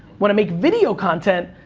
when i make video content,